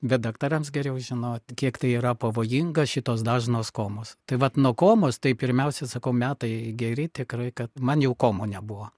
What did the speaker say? bet daktarams geriau žinot kiek tai yra pavojinga šitos dažnos komos tai vat nuo komos tai pirmiausia sakau metai geri tikrai kad man jau komų nebuvo